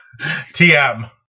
TM